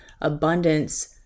abundance